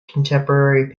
contemporary